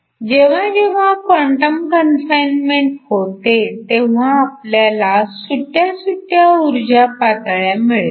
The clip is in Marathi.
जेव्हा जेव्हा क्वांटम कनफाइनमेंट होते तेव्हा आपल्याला सुट्या सुट्या ऊर्जा पातळ्या मिळतात